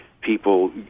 People